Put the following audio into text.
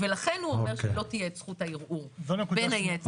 לכן הוא אומר שלא תהיה זכות הערעור, בין היתר.